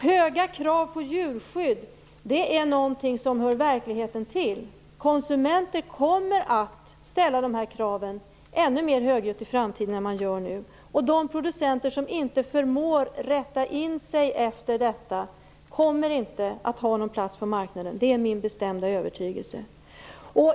Höga krav på djurskydd är någonting som hör verkligheten till. Konsumenter kommer att ställa kraven ännu mer högljutt i framtiden än man gör nu. De producenter som inte förmår att rätta in sig efter detta kommer inte att ha någon plats på marknaden. Det är min bestämda övertygelse.